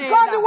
God